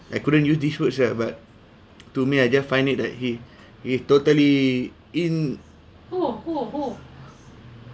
I couldn't use these words ah but to me I just find it that he is totally in